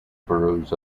boroughs